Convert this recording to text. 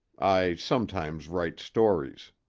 i sometimes write stories.